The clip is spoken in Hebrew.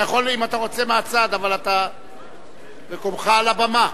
אתה יכול מהצד, אם אתה רוצה, אבל מקומך על הבמה.